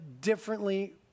differently